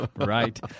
Right